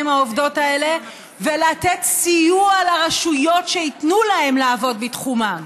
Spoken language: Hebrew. העובדות האלה ולתת סיוע לרשויות שייתנו להם לעבוד בתחומן.